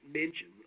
mention